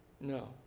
No